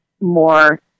more